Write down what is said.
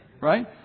right